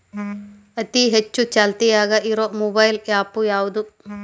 ಅತಿ ಹೆಚ್ಚ ಚಾಲ್ತಿಯಾಗ ಇರು ಮೊಬೈಲ್ ಆ್ಯಪ್ ಯಾವುದು?